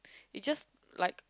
it just like